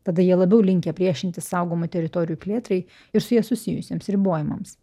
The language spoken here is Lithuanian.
tada jie labiau linkę priešintis saugomų teritorijų plėtrai ir su ja susijusiems ribojimams